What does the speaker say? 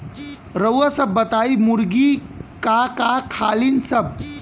रउआ सभ बताई मुर्गी का का खालीन सब?